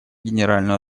генеральную